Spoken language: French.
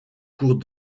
cours